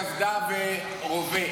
קסדה ורובה.